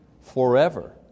forever